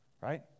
Right